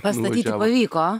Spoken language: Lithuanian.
pastatyti pavyko a